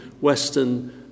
Western